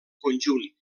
conjunt